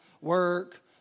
work